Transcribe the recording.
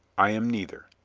i am neither,